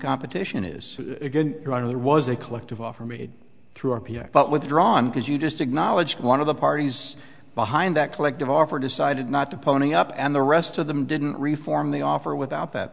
competition is again you're out of there was a collective offer made through r p i but withdrawn because you just acknowledged one of the parties behind that collective offer decided not to pony up and the rest of them didn't reform the offer without that